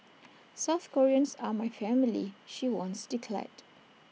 South Koreans are my family she once declared